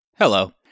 Hello